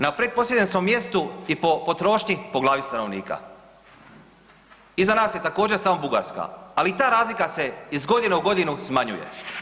Na pretposljednjem smo mjestu i po potrošnji po glavi stanovnika, iza nas je također samo Bugarska, ali i ta razlika se iz godine u godinu smanjuje.